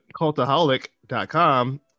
cultaholic.com